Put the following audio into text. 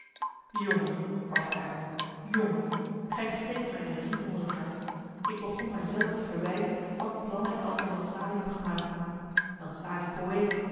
jongen barst hij uit jongen gij steekt mij een riem onder het hart ik begon mij zelven te verwijten wat plannen ik al voor jan salie heb gemaakt jan salie poëet